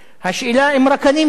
השאלה, אם רק אני מתנגד.